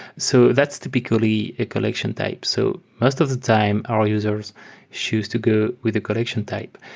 so that's typically a correction type. so most of the time, our users choose to go with a correction type.